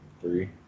three